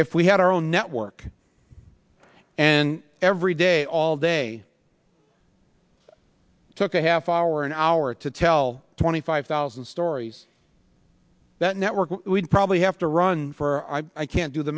if we had our own network and every day all day took a half hour an hour to tell twenty five thousand stories that network would probably have to run for i i can't do the